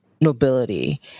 nobility